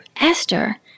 esther